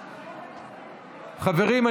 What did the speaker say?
חברים,